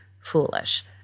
foolish